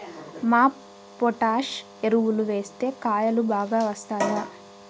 MOP potash ఎరువులు వేస్తే కాయలు బాగా వస్తాయా?